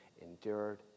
endured